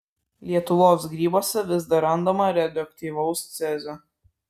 lietuvos grybuose vis dar randama radioaktyvaus cezio